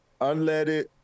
unleaded